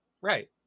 Right